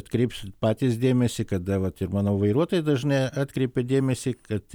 atkreipsit patys dėmesį kada vat ir mano vairuotojai dažnai atkreipia dėmesį kad